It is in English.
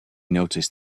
noticed